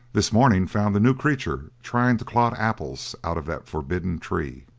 this morning found the new creature trying to clod apples out of that forbidden tree.